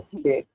Okay